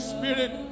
Spirit